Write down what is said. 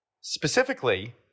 specifically